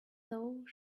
though